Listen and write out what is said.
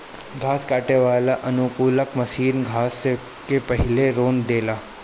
घास काटे वाला अनुकूलक मशीन घास के पहिले रौंद देला